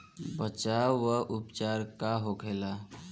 बचाव व उपचार का होखेला?